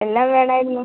എല്ലാം വേണായിരുന്നു